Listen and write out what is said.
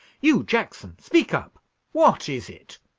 you, jackson! speak up what is it?